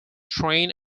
train